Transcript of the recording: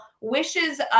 wishes